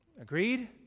Agreed